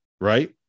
right